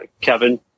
Kevin